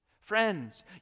Friends